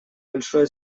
большое